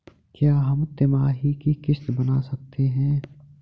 क्या हम तिमाही की किस्त बना सकते हैं?